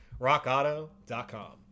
rockauto.com